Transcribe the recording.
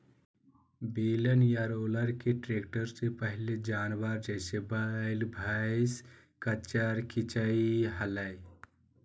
बेलन या रोलर के ट्रैक्टर से पहले जानवर, जैसे वैल, भैंसा, खच्चर खीचई हलई